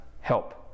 help